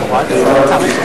הבנתי.